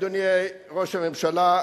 אדוני ראש הממשלה,